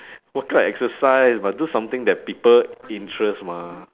what kind of exercise must do something that people interest mah